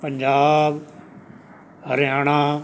Punjab Haryana